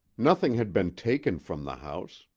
nothing had been taken from the house,